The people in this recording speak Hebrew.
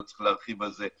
לא צריך להרחיב על זה.